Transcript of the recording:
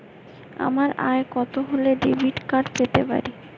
আমার আয় কত হলে ডেবিট কার্ড পেতে পারি?